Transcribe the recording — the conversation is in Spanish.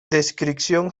descripción